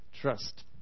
trust